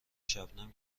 شبنم